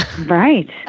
Right